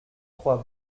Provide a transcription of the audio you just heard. trois